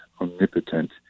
omnipotent